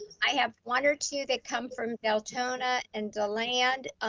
i have one or two that come from deltona and deland,